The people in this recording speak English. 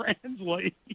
Translate